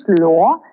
law